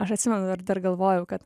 aš atsimenu ir dar galvojau kad